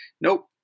nope